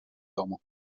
domu